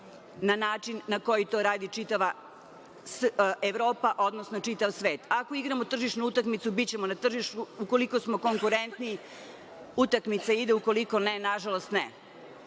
na način na koji to radi čitava Evropa, odnosno čitav svet. Ako igramo tržišnu utakmicu, bićemo na tržištu ukoliko smo konkurentni, utakmica ide, ukoliko ne, nažalost ne. Ono